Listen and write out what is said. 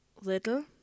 little